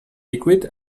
liquid